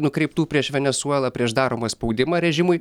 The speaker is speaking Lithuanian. nukreiptų prieš venesuelą prieš daromą spaudimą režimui